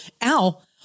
Al